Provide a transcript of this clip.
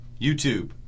YouTube